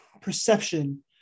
perception